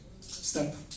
step